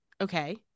Okay